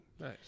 Nice